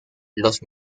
los